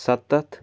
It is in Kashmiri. سَتَتھ